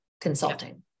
consulting